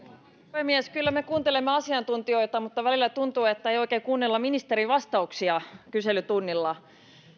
puhemies kyllä me kuuntelemme asiantuntijoita mutta välillä tuntuu että ei oikein kuunnella ministerin vastauksia kyselytunnilla